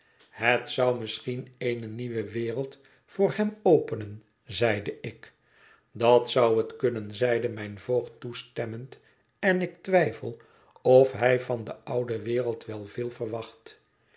het zou misschien eene nieuwe wereld voor hem openen zeide ik dat zou het kunnen zeide mijn voogd toestemmend en ik twijfel of hij van de oude wereld wel veel verwacht